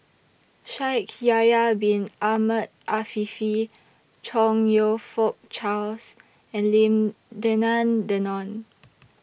Shaikh Yahya Bin Ahmed Afifi Chong YOU Fook Charles and Lim Denan Denon